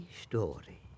story